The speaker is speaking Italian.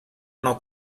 una